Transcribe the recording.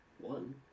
one